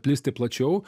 plisti plačiau